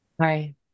Hi